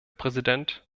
präsident